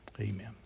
Amen